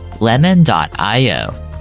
lemon.io